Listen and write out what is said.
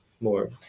more